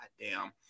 Goddamn